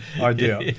idea